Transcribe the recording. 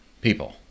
people